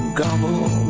gobble